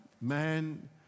man